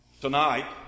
tonight